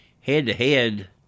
Head-to-head